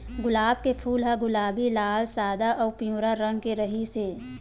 गुलाब के फूल ह गुलाबी, लाल, सादा अउ पिंवरा रंग के रिहिस हे